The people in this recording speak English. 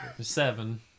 Seven